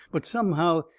but somehow,